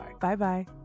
Bye-bye